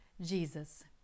Jesus